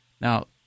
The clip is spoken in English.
Now